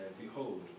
Behold